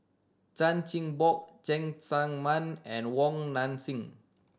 Chan Chin Bock Cheng Tsang Man and Wong Nai Chin